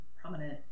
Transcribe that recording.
prominent